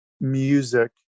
music